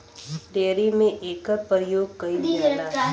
dairy में एकर परियोग कईल जाला